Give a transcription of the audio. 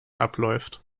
abläuft